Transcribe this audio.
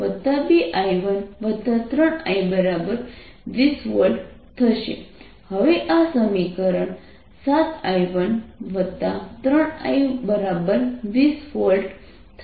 4I1I12I13I20 V 7I13I20V હવે આ સમીકરણ 7I13I20V થાય છે